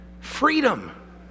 Freedom